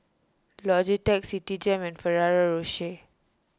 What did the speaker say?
Logitech Citigem and Ferrero Rocher